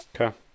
Okay